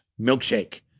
milkshake